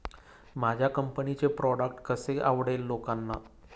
माझ्या कंपनीचे प्रॉडक्ट कसे आवडेल लोकांना?